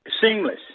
Seamless